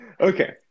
Okay